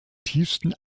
tiefsten